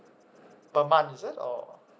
per month is it or